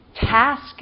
task